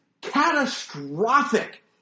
catastrophic